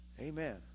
Amen